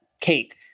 cake